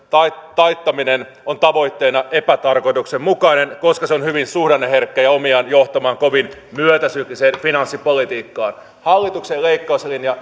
taittaminen on tavoitteena epätarkoituksenmukainen koska se on hyvin suhdanneherkkä ja omiaan johtamaan kovin myötäsykliseen finanssipolitiikkaan hallituksen leikkauslinja